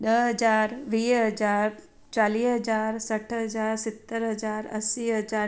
ॾह हज़ार वीह हज़ार चालीह हज़ार सठि हजार सतरि हज़ार असी हज़ार